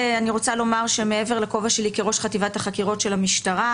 אני רוצה לומר שמעבר לכובע שלי כראש חטיבת החקירות של המשטרה,